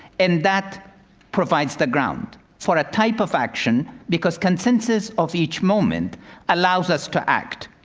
and that provides the ground for a type of action, because consensus of each moment allows us to act.